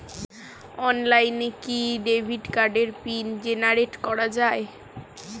অনলাইনে কি ডেবিট কার্ডের পিন জেনারেট করা যায়?